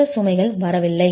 மற்ற சுமைகள் வரவில்லை